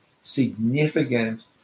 significant